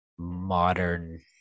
Modern